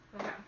Okay